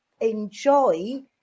enjoy